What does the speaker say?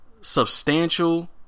substantial